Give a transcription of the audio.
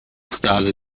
started